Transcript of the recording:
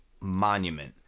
Monument